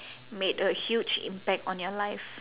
made a huge impact on your life